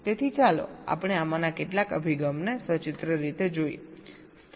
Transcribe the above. તેથી ચાલો આપણે આમાંના કેટલાક અભિગમોને સચિત્ર રીતે જોઈએ